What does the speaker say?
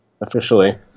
officially